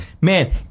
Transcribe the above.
man